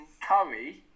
curry